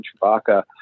Chewbacca